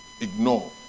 ignore